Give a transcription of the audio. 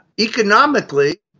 Economically